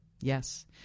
Yes